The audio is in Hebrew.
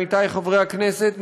עמיתיי חברי הכנסת,